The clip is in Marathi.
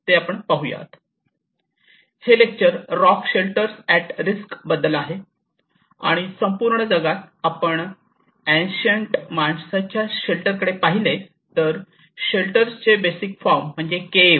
हे lecture rock shelters at risk बद्दल आहे आणि संपूर्ण जगात जर आपण अँसिएंट माणसाच्या शेल्टर्स कडे पाहिले तर शेल्टर्स चे बेसिक फॉर्म म्हणजे केव्ह